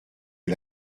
est